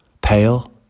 pale